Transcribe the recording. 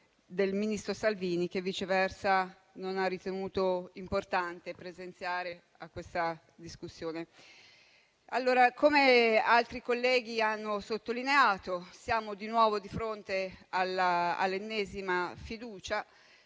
del ministro Salvini, che non ha ritenuto importante presenziare a questa discussione, come altri colleghi hanno sottolineato, siamo di fronte all'ennesima fiducia.